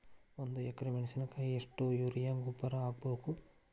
ಒಂದು ಎಕ್ರೆ ಮೆಣಸಿನಕಾಯಿಗೆ ಎಷ್ಟು ಯೂರಿಯಾ ಗೊಬ್ಬರ ಹಾಕ್ಬೇಕು?